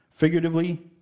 Figuratively